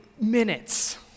minutes